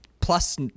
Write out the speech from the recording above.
plus